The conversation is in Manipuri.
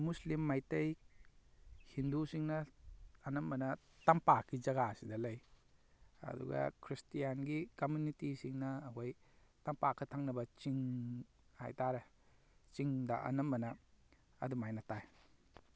ꯃꯨꯁꯂꯤꯝ ꯃꯩꯇꯩ ꯍꯤꯟꯗꯨꯁꯤꯡꯅ ꯑꯅꯝꯕꯅ ꯇꯝꯄꯥꯛꯀꯤ ꯖꯒꯥꯁꯤꯗ ꯂꯩ ꯑꯗꯨꯒ ꯈ꯭ꯔꯤꯇ꯭ꯌꯥꯟꯒꯤ ꯀꯝꯃꯨꯅꯤꯇꯤꯁꯤꯡꯅ ꯑꯩꯈꯣꯏ ꯇꯝꯄꯥꯛꯀ ꯊꯪꯅꯕ ꯆꯤꯡ ꯍꯥꯏꯇꯥꯔꯦ ꯆꯤꯡꯗ ꯑꯅꯝꯕꯅ ꯑꯗꯨꯝ ꯍꯥꯏꯅ ꯇꯥꯏ